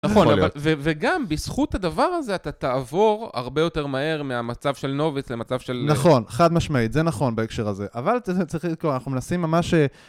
נכון, וגם בזכות הדבר הזה אתה תעבור הרבה יותר מהר מהמצב של נובץ למצב של... נכון, חד משמעית, זה נכון בהקשר הזה. אבל צריך צריך כלומר, אנחנו מנסים ממש...